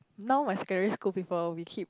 but my scary school people we keep